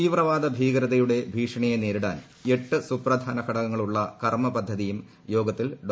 തീവ്രവാദ ഭീകരതയുടെ ഭീഷണിയെ നേരിടാൻ എട്ട് സുപ്രധാന ഘടകങ്ങൾ ഉള്ള കർമ്മപദ്ധതിയും യോഗത്തിൽ ഡോ